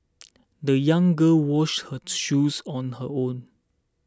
the young girl washed her shoes on her own